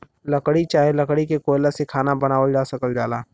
लकड़ी चाहे लकड़ी के कोयला से खाना बनावल जा सकल जाला